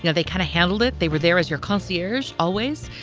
you know they kind of handled it. they were there as your concierge. always.